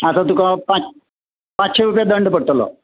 आतां तुका पा पांचशें रुपया दंड पडटलो